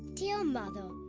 dear mother,